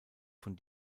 von